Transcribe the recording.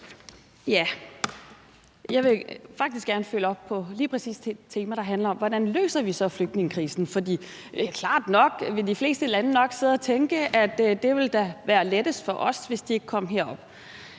Jeg vil faktisk gerne følge op på lige præcis det tema, der handler om, hvordan vi så løser flygtningekrisen. For det er klart nok, at det da ville være lettest for os, hvis de ikke kom herop;